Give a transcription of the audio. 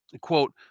quote